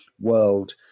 world